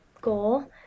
goal